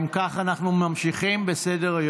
אם כך, אנחנו ממשיכים בסדר-היום,